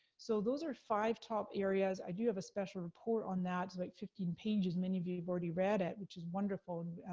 so those are five top areas. i do have a special report on that, it's like fifteen pages, many of you've already read it. which is wonderful, and